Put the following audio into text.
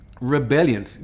Rebellion